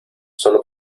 sólo